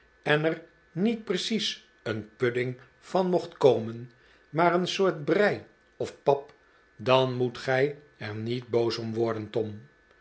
en er niet precies een pudding van mocht komen maar een soort brij of pap dan moet gij er niet boos om worden tom